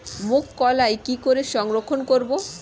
মুঘ কলাই কি করে সংরক্ষণ করব?